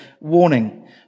warning